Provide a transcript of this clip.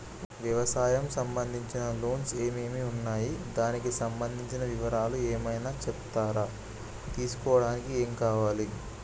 వ్యవసాయం సంబంధించిన లోన్స్ ఏమేమి ఉన్నాయి దానికి సంబంధించిన వివరాలు ఏమైనా చెప్తారా తీసుకోవడానికి ఏమేం కావాలి?